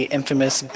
infamous